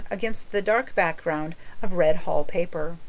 against the dark background of red hall paper.